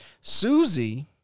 Susie